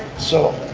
so.